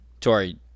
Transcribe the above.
Tori